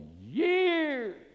years